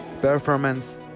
performance